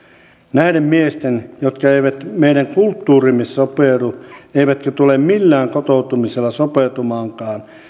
näiden miesten jotka eivät meidän kulttuuriimme sopeudu eivätkä tule millään kotoutumisella sopeutumaankaan